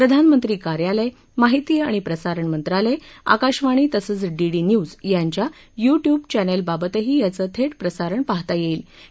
प्रधानमंत्री कार्यालय माहिती आणि प्रसारण मंत्रालय आकाशवाणी तसंच डीडी न्यूज यांच्या यूट्यूब चॅनस्राबतही याचं थरीप्रसारण पाहता यड्वेंके